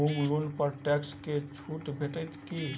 होम loan पर tax मे छुट भेटत की